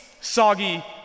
soggy